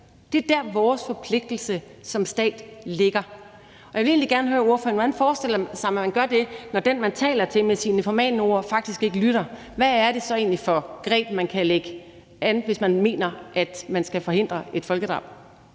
Det er der, vores forpligtelse som stat ligger. Og jeg vil egentlig gerne høre ordføreren, hvordan han forestiller sig, at man gør det, når den, man taler til med sine formanende ord, faktisk ikke lytter. Hvad det så egentlig for greb, man kan anvende, hvis man mener, at man skal forhindre et folkedrab?